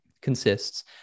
consists